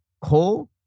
Coal